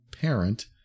parent